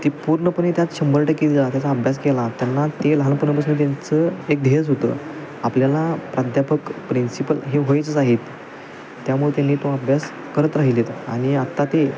ते पूर्णपणे त्यात शंभर टक्के दिला त्याचा अभ्यास केला त्यांना ते लहानपणापासून त्यांचं एक ध्येयच होतं आपल्याला प्राध्यापक प्रिन्सिपल हे व्हायचंच आहेत त्यामुळे त्यांनी तो अभ्यास करत राहिले ते आणि आत्ता ते